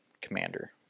Commander